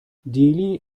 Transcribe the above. dili